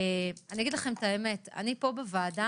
אני אגיד לכם את האמת, פה בוועדה,